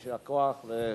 ויישר כוח.